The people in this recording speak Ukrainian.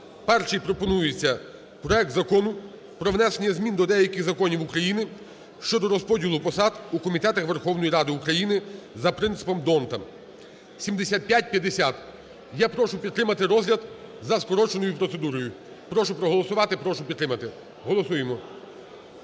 Перший пропонується проект Закону про внесення змін до деяких законів України щодо розподілу посад у комітетах Верховної Ради України за принципом д'Ондта (7550). Я прошу підтримати розгляд за скороченою процедурою. Прошу проголосувати. Прошу підтримати. Голосуємо.